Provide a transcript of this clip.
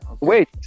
wait